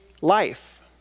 life